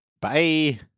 Bye